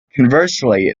conversely